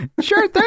Sure